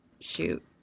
Shoot